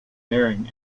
marrying